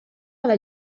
alla